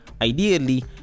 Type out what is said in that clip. ideally